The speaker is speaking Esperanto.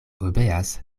obeas